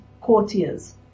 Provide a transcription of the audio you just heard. courtiers